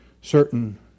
certain